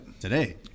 today